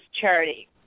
charity